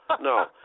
no